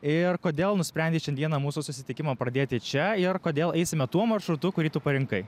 ir kodėl nusprendei šiandieną mūsų susitikimą pradėti čia ir kodėl eisime tuo maršrutu kurį tu parinkai